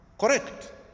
correct